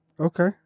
Okay